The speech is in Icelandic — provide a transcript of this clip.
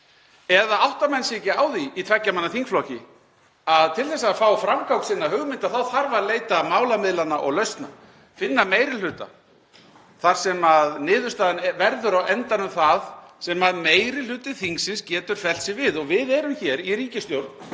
eða átta menn sig ekki á því í tveggja manna þingflokki að til þess að fá framgang sinna hugmynda þarf að leita málamiðlana og lausna, finna meiri hluta þar sem niðurstaðan verður á endanum það sem meiri hluti þingsins getur fellt sig við? Við erum hér í ríkisstjórn